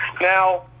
Now